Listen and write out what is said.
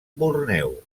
borneo